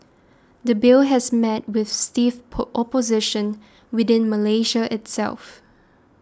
the Bill has met with stiff opposition within Malaysia itself